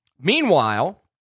Meanwhile